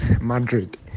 madrid